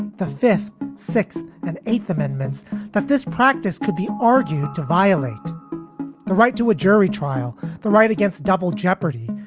the fifth, sixth and eighth amendments that this practice could be argued to violate the right to a jury trial, the right against double jeopardy,